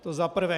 To zaprvé.